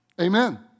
Amen